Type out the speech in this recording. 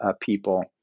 people